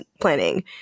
planning